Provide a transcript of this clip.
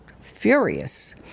furious